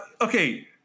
okay